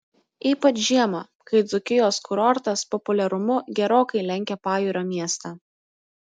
ypač žiemą kai dzūkijos kurortas populiarumu gerokai lenkia pajūrio miestą